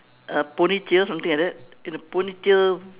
uh ponytail something like that in a ponytail